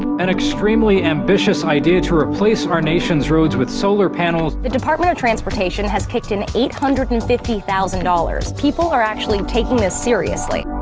an extremely ambitious idea to replace our nation's roads with solar panels. the department of transportation has kicked in eight hundred and fifty thousand dollars. people are actually taking this seriously.